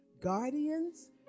guardians